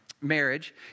marriage